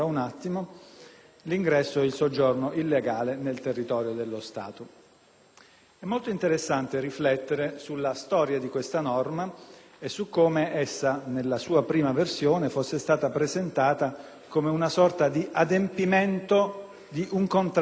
È molto interessante riflettere sulla storia di questa norma e su come nella sua prima versione fosse stata presentata come una sorta di adempimento di un contratto stipulato con gli elettori;